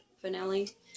finale